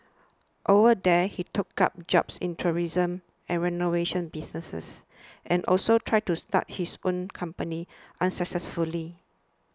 over there he took up jobs in tourism and renovation businesses and also tried to start his own company unsuccessfully